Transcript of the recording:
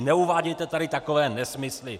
Neuvádějte tady takové nesmysly!